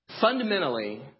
Fundamentally